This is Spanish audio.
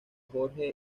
jorge